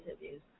interviews